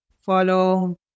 follow